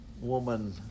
Woman